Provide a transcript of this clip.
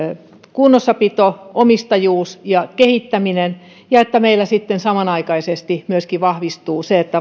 kunnossapitomme omistajuutemme ja kehittämisemme ja että meillä sitten samanaikaisesti myöskin vahvistuu se että